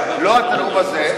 לא את הנאום הזה,